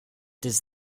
does